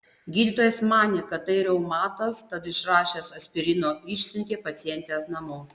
gydytojas manė kad tai reumatas tad išrašęs aspirino išsiuntė pacientę namo